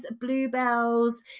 bluebells